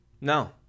No